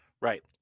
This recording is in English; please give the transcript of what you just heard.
Right